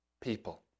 people